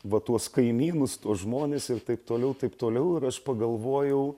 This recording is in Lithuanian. va tuos kaimynus tuos žmones ir taip toliau taip toliau ir aš pagalvojau